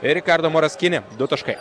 ir ir rikardo moras kini du taškai